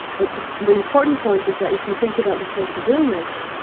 but the the important point is that if you think about the case of illness,